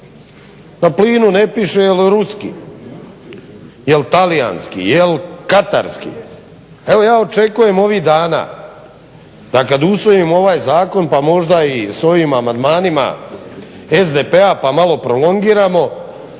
Na plinu ne piše jel ruski, jel talijanski, jel katarski, evo ja očekujem ovih dana da kad usvojimo ovaj zakon pa možda i s ovim amandmanima SDP-a pa malo prolongiramo